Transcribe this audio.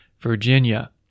virginia